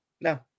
no